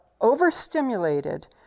overstimulated